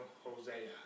Hosea